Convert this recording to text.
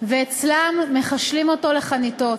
ואצלם מחשלים אותו לחניתות,